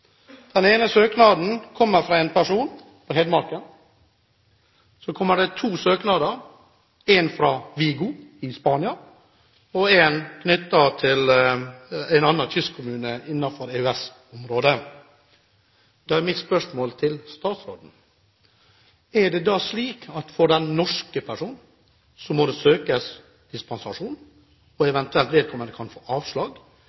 Den ene søknaden kommer fra en person på Hedmarken. Så kommer det to søknader til, én fra Vigo i Spania og én fra en annen kystkommune innenfor EØS-området. Da er mitt spørsmål til statsråden: Er det da slik at for den norske personen må det søkes dispensasjon, og at vedkommende eventuelt kan få avslag,